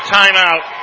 timeout